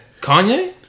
Kanye